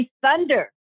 thunder